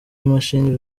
imashini